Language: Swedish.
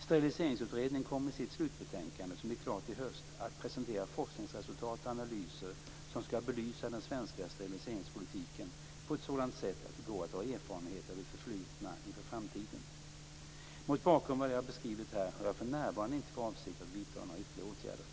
Steriliseringsutredningen kommer i sitt slutbetänkande, som blir klart i höst, att presentera forskningsresultat och analyser som skall belysa den svenska steriliseringspolitiken på ett sådant sätt att det går att dra erfarenheter av det förflutna inför framtiden. Mot bakgrund av vad jag beskrivit här har jag för närvarande inte för avsikt att vidta några ytterligare åtgärder.